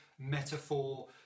metaphor